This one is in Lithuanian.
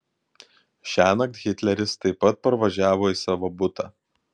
šiąnakt hitleris taip pat parvažiavo į savo butą